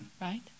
right